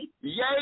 yay